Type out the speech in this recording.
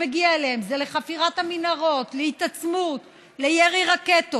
התחנה של המאבק העממי,